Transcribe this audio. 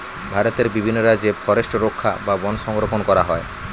ভারতের বিভিন্ন রাজ্যে ফরেস্ট রক্ষা বা বন সংরক্ষণ করা হয়